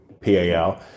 PAL